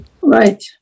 Right